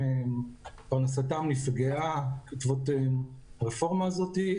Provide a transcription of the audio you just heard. אם פרנסתם נפגעה בעקבות הרפורמה הזאת,